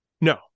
No